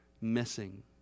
missing